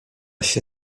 się